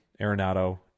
Arenado